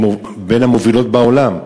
בין המובילות בעולם,